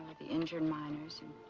the injured miners.